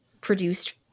produced